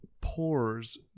pores